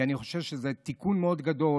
כי אני חושב שזה תיקון מאוד גדול,